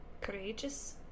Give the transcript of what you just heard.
courageous